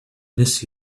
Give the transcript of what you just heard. miss